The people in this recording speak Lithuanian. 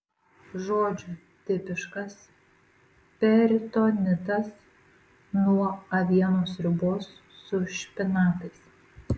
žodžiu tipiškas peritonitas nuo avienos sriubos su špinatais